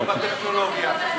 לא בטכנולוגיה,